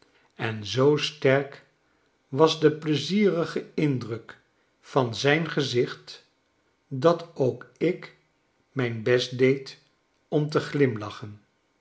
en zoo sterk was de pleizierige indruk van zijn gezicht dat ook ik mijn best deed om te glimlacben